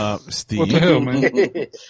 Steve